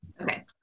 Okay